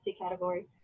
category